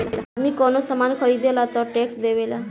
आदमी कवनो सामान ख़रीदेला तऽ टैक्स देवेला